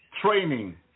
training